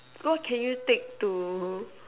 what can you take to